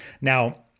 now